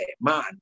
man